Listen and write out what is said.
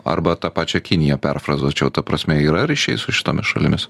arba tą pačią kiniją perfrazuočiau ta prasme yra ryšiai su šitomis šalimis